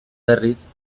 berriz